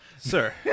Sir